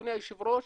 אדוני היושב ראש,